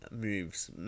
moves